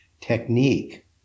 technique